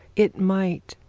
it might,